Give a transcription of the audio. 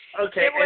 Okay